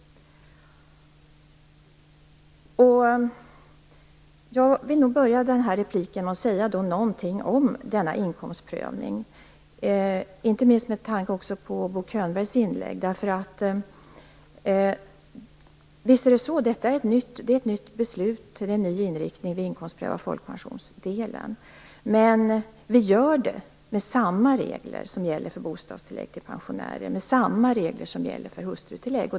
Jag vill börja mitt inlägg med att säga någonting om denna inkomstprövning, inte minst med tanke på Bo Könbergs inlägg. Visst är detta ett nytt beslut och en ny inriktning. Vi inkomstprövar folkpensionsdelen. Men vi gör det med samma regler som gäller för bostadstillägg till pensionärer och med samma regler som gäller för hustrutillägg.